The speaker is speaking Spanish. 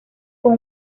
con